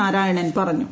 നാരായണൻ പറഞ്ഞു